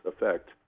effect